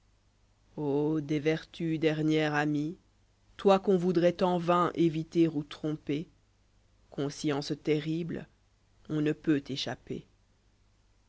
o des vertus dernière amie toi qu'on voudrait en vain éviter ou tromper conscience terrible ou ne peut t'échapper